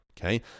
okay